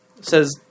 says